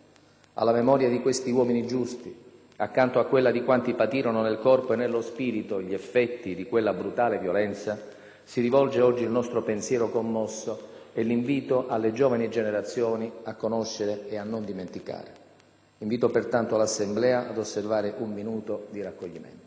Alla memoria di questi uomini giusti, accanto a quella di quanti patirono nel corpo e nello spirito gli effetti di quella brutale violenza, si rivolge oggi il nostro pensiero commosso e l'invito alle giovani generazioni a conoscere e a non dimenticare. Invito pertanto l'Assemblea ad osservare un minuto di raccoglimento.